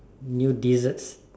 new desserts